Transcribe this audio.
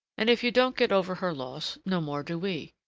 and if you don't get over her loss, no more do we.